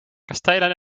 kastelen